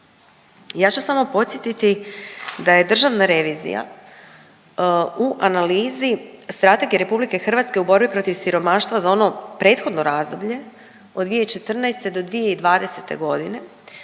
Ja ću samo podsjetiti da je državna revizija u analizi Strategije RH u borbi protiv siromaštva za ono prethodno razdoblje od 2014. do 2020.g.